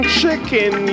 chicken